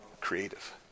creative